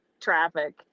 traffic